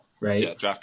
right